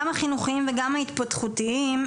גם החינוכיים וגם ההתפתחותיים,